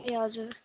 ए हजुर